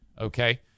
Okay